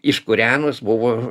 iškūrenus buvo